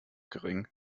gering